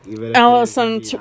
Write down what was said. Allison